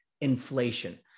inflation